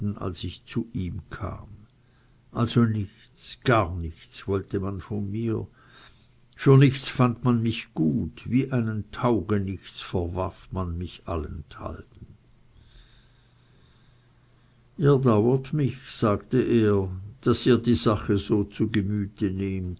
als ich zu ihm kam also nichts gar nichts wollte man von mir für nichts fand man mich gut wie einen taugenichts verwarf man mich allenthalben ihr dauert mich sagte er daß ihr die sache so zu gemüte nehmt